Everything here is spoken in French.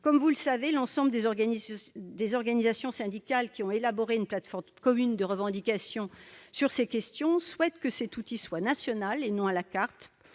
Comme vous le savez, l'ensemble des organisations syndicales qui ont élaboré une plateforme commune de revendications sur ces questions souhaitent que cet outil soit national, et non à la carte,